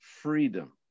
Freedom